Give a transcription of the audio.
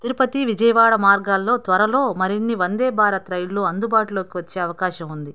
తిరుపతి విజయవాడ మార్గాలలో త్వరలో మరిన్ని వందే భారత్ రైళ్ళు అందుబాటులోకి వచ్చే అవకాశం ఉంది